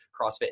CrossFit